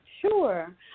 Sure